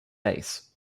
base